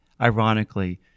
ironically